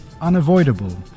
unavoidable